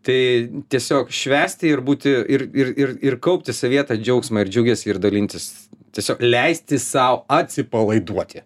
tai tiesiog švęsti ir būti ir ir ir ir kaupti savyje tą džiaugsmą ir džiugesį ir dalintis tiesiog leisti sau atsipalaiduoti